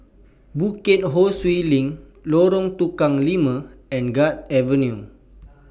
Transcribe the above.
Bukit Ho Swee LINK Lorong Tukang Lima and Guards Avenue